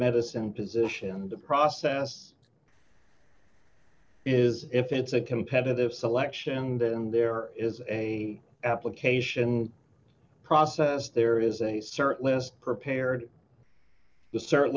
medicine position the process is if it's a competitive selection and and there is a application process there is a certain list prepared the certain